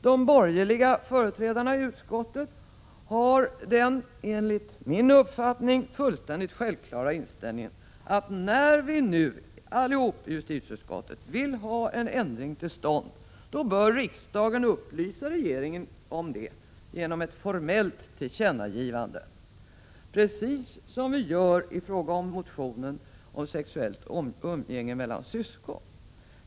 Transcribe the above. De borgerliga företrädarna i utskottet har den enligt min uppfattning fullständigt självklara inställningen, att när vi nu allesammans i justitieutskottet vill få en ändring till stånd, så bör riksdagen upplysa regeringen om det genom ett formellt tillkännagivande precis som vi gör i fråga om motionen om sexuellt umgänge mellan syskon.